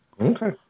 Okay